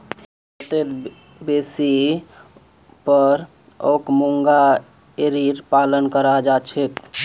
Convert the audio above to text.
भारतत बेसी पर ओक मूंगा एरीर पालन कराल जा छेक